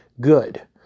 good